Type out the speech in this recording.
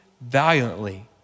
valiantly